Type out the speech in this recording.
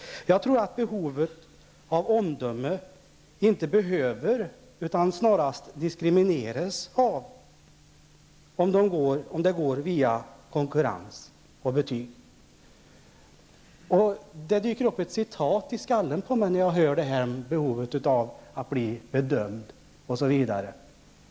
Jag tror att behovet av ett omdöme inte behöver, utan snarast diskrimineras av att gå via konkurrens och betyg. Det dyker upp några ord i mitt huvud när jag hör talas om behovet av att bli bedömd.